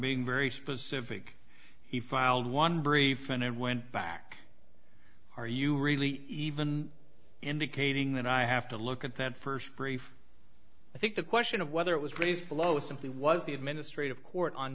being very specific he filed one brief and went back are you really even indicating that i have to look at that first brief i think the question of whether it was raised below simply was the administrative court on